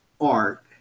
art